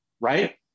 right